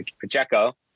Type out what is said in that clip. Pacheco